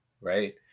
right